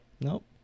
Nope